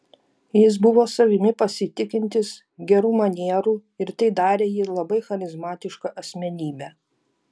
jis buvo savimi pasitikintis gerų manierų ir tai darė jį labai charizmatiška asmenybe